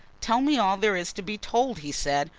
tell me all there is to be told, he said.